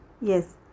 Yes